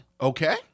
Okay